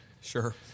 Sure